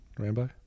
Rambo